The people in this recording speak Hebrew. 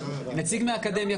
נציג מהאקדמיה,